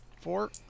four